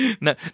No